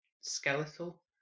skeletal